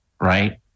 right